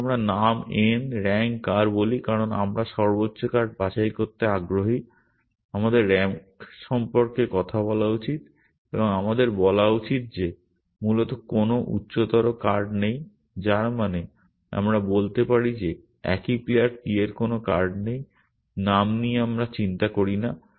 আসুন আমরা নাম n এবং র্যাঙ্ক r বলি কারণ আমরা সর্বোচ্চ কার্ড বাছাই করতে আগ্রহী আমাদের র্যাঙ্ক সম্পর্কে কথা বলা উচিত এবং আমাদের বলা উচিত যে মূলত কোন উচ্চতর কার্ড নেই যার মানে আমরা বলতে পারি যে একই প্লেয়ার p এর কোনো কার্ড নেই নাম নিয়ে আমরা চিন্তা করি না